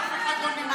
האמת,